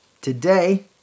today